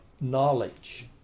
knowledge